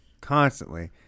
Constantly